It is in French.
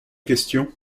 question